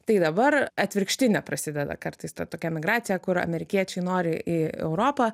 tai dabar atvirkštinė prasideda kartais ta tokia migracija kur amerikiečiai nori į europą